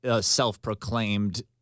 self-proclaimed